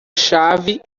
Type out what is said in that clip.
chave